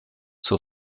zur